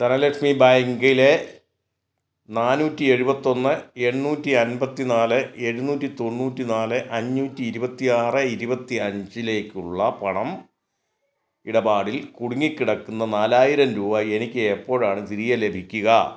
ധനലക്ഷ്മി ബാങ്കിലെ നാനൂറ്റി എഴുപത്തൊന്ന് എണ്ണൂറ്റി അൻപത്തി നാല് എഴുനൂറ്റി തൊണ്ണൂറ്റി നാല് അഞ്ഞൂറ്റി ഇരുപത്തി ആറ് ഇരുപത്തിയഞ്ചിലേക്കുള്ള പണം ഇടപാടിൽ കുടുങ്ങി കിടക്കുന്ന നാലായിരം രൂപ എനിക്ക് എപ്പോഴാണ് തിരികെ ലഭിക്കുക